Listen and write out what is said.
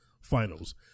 Finals